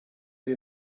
die